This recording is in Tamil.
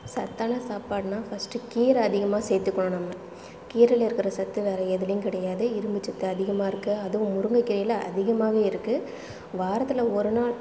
சத்தான சாப்பாடுன்னா ஃபஸ்ட்டு கீரை அதிகமாக சேர்த்துக்கணும் நம்ம கீரையில் இருக்கிற சத்து வேறு எதிலையும் கிடையாது இரும்புச்சத்து அதிகமாக இருக்குது அதுவும் முருங்கக்கீரையில் அதிகமாவே இருக்குது வாரத்தில் ஒருநாள்